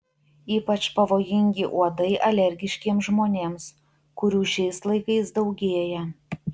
ypač pavojingi uodai alergiškiems žmonėms kurių šiais laikais daugėja